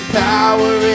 power